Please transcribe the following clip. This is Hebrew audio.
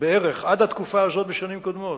התקופה הזאת בשנים קודמות.